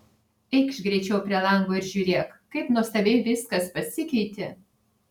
eikš greičiau prie lango ir žiūrėk kaip nuostabiai viskas pasikeitė